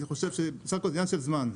ואני חושב שבסך הכל זה עניין של זמן.